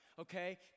Okay